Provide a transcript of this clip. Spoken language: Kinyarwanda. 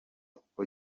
uko